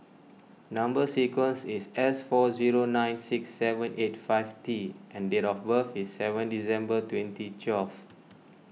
Number Sequence is S four zero nine six seven eight five T and date of birth is seven December twenty twelve